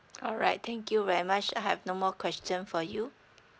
alright thank you very much I have no more question for you